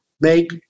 make